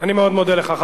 אני מאוד מודה לך.